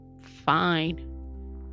Fine